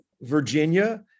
Virginia